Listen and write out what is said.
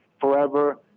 forever